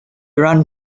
run